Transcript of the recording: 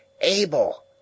ABEL